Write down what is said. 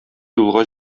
юлга